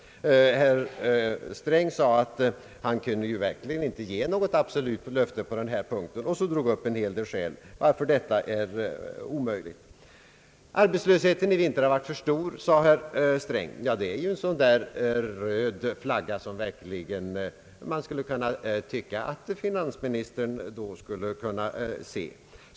Herr Sträng sade nu, att han verkligen inte kunde ge något absolut löfte på denna punkt, och han anförde en hel del skäl till att det inte är möjligt. Arbetslösheten har varit för stor under vintern, säger herr Sträng. Detta är en sådan där röd flagg, som man väntar sig att finansministern verkligen skulle kunna observera.